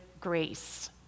grace